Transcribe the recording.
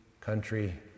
country